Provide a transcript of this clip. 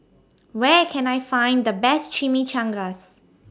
Where Can I Find The Best Chimichangas